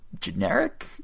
generic